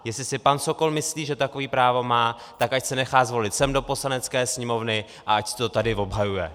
Jestli si pan Sokol myslí, že takové právo má, ať se nechá zvolit sem do Poslanecké sněmovny a ať si to tady obhajuje.